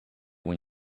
when